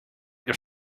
your